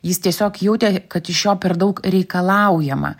jis tiesiog jautė kad iš jo per daug reikalaujama